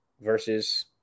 versus –